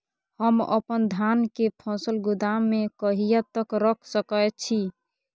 हम अपन धान के फसल गोदाम में कहिया तक रख सकैय छी?